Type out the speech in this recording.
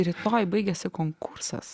rytoj baigiasi konkursas